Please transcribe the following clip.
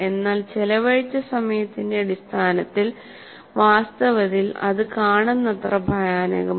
എന്നാൽ ചെലവഴിച്ച സമയത്തിന്റെ അടിസ്ഥാനത്തിൽ വാസ്തവത്തിൽ അത് കാണുന്നത്ര ഭയാനകമല്ല